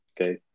Okay